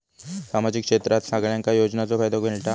सामाजिक क्षेत्रात सगल्यांका योजनाचो फायदो मेलता?